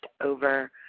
over